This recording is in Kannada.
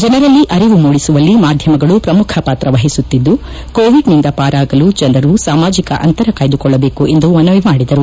ಜನರಲ್ಲಿ ಅರಿವು ಮೂಡಿಸುವಲ್ಲಿ ಮಾಧ್ಯಮಗಳು ಪ್ರಮುಖ ಪಾತ್ರ ವಹಿಸುತ್ತಿದ್ದು ಕೋವಿಡ್ನಿಂದ ಪಾರಾಗಲು ಜನರು ಸಾಮಾಜಿಕ ಅಂತರ ಕಾಯ್ದುಕೊಳ್ಳಬೇಕು ಎಂದು ಮನವಿ ಮಾಡಿದರು